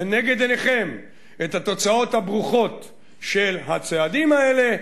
לנגד עיניכם, את התוצאות הברוכות של הצעדים האלה?